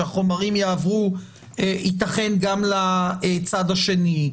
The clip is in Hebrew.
שהחומרים יעברו ייתכן גם לצד השני,